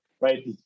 right